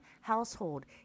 household